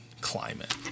climate